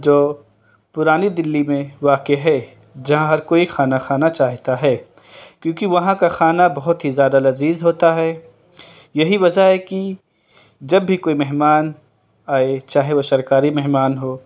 جو پرانی دلّی میں واقع ہے جہاں ہر کوئی کھانا کھانا چاہتا ہے کیونکہ وہاں کھانا بہت ہی زیادہ لذیذ ہوتا ہے یہی وجہ ہے کہ جب بھی کوئی مہمان آئے چاہے وہ سرکاری مہمان ہو